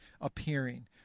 appearing